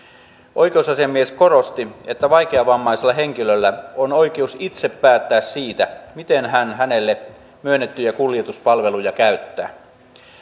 oikeusasiamies korosti että vaikeavammaisella henkilöllä on oikeus itse päättää siitä miten hän hänelle myönnettyjä kuljetuspalveluja käyttää